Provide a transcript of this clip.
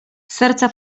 serca